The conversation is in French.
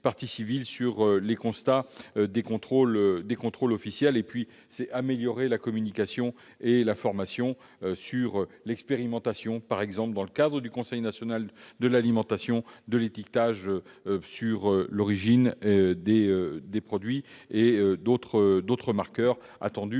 partie civile sur la base des constats des contrôles officiels. Enfin, nous améliorerons la communication et la formation sur l'expérimentation, par exemple dans le cadre du Conseil national de l'alimentation, de l'étiquetage relatif à l'origine des produits, et sur d'autres marqueurs attendus